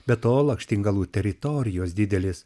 be to lakštingalų teritorijos didelės